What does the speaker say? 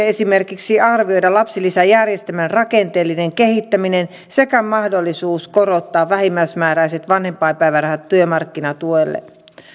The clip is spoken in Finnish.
esimerkiksi arvioida lapsilisäjärjestelmän rakenteellinen kehittäminen sekä mahdollisuus korottaa vähimmäismääräiset vanhempainpäivärahat työmarkkinatuen tasolle